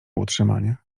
utrzymanie